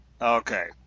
Okay